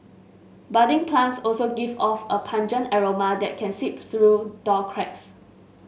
budding plants also give off a pungent aroma that can seep through door cracks